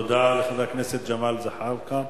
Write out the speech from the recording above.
תודה לחבר הכנסת ג'מאל זחאלקה.